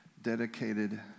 dedicated